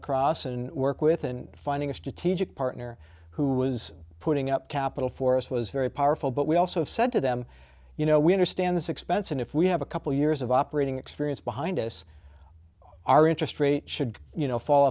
across and work with and finding a strategic partner who was putting up capital for us was very powerful but we also said to them you know we understand this expense and if we have a couple years of operating experience behind us our interest rate should you know fall